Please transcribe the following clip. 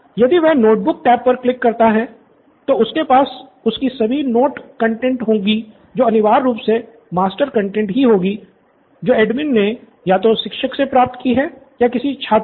यदि वह notebook tab पर क्लिक करता है तो उसके पास उसकी सभी नोट कंटैंट होगी जो अनिवार्य रूप से मास्टर कंटैंट ही होगी जो एडमिन ने या तो शिक्षक से प्राप्त की है या किसी छात्र से